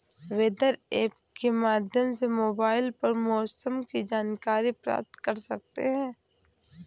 weather app के माध्यम से मोबाइल पर मौसम की जानकारी प्राप्त कर सकते हैं